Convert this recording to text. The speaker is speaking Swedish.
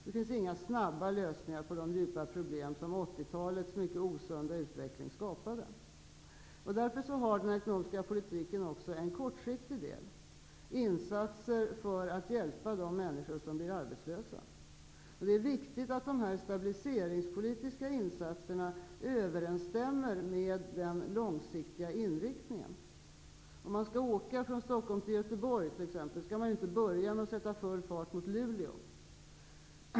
Det finns inga snabba lösningar på de djupa problem som 1980-talets osunda utveckling skapade. Därför har den ekonomiska politiken också en kortsiktig del -- insatser för att hjälpa de människor som blir arbetslösa. Det är viktigt att de stabiliseringspolitiska insatserna överensstämmer med den långsiktiga inriktningen. Om man skall åka från t.ex. Stockholm till Göteborg skall man inte börja med att sätta full fart mot Luleå.